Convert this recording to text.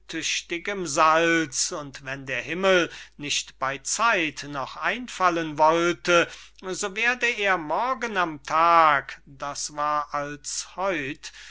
im salz und wenn der himmel nicht bey zeit noch einfallen wollte so werde er morgen am tag das war als heut